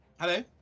Hello